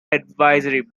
advisory